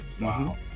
Wow